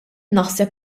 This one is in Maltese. naħseb